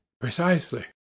Precisely